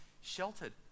sheltered